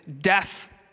death